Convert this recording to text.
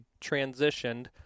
transitioned